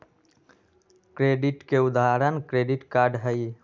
credit के उदाहरण credit card हई